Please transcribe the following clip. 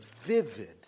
vivid